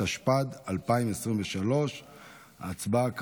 התשפ"ד 2023. ההצבעה,